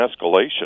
escalation